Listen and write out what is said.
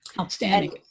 Outstanding